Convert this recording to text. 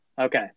okay